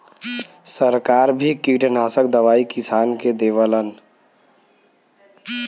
सरकार भी किटनासक दवाई किसान के देवलन